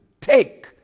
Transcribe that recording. take